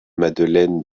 madeleine